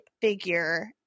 figure